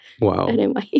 Wow